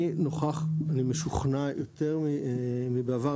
אני משוכנע יותר מבעבר,